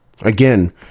Again